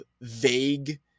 vague